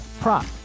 prop